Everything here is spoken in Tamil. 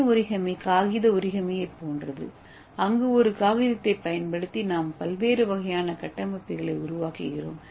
ஏ ஓரிகமி காகித ஓரிகமியைப் போன்றது அங்கு ஒரு காகிதத்தைப் பயன்படுத்தி நாம் பல்வேறு வகையான கட்டமைப்புகளை உருவாக்குகிறோம்